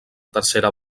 tercera